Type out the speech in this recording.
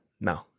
No